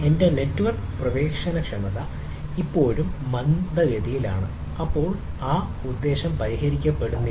എന്റെ നെറ്റ്വർക്ക് പ്രവേശനക്ഷമത ഇപ്പോഴും മന്ദഗതിയിലാണ് അപ്പോൾ ആ ഉദ്ദേശ്യം പരിഹരിക്കപ്പെടുന്നില്ല